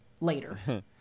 later